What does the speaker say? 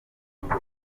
guseka